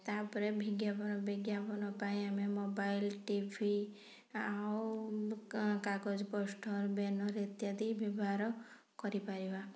ତାପରେ ବିଜ୍ଞାପନ ପାଇଁ ଆମେ ମୋବାଇଲ୍ ଟିଭି ଆଉ କାଗଜ ପୋଷ୍ଟର୍ ବ୍ୟାନର୍ ଇତ୍ୟାଦି ବ୍ୟବହାର କରିପାରିବା